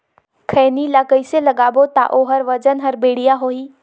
खैनी ला कइसे लगाबो ता ओहार वजन हर बेडिया होही?